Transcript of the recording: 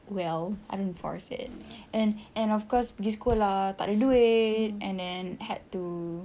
well I don't force it and and of course pergi sekolah takde duit and then had to